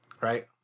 Right